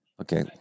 Okay